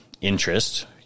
interest